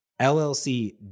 LLC